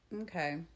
Okay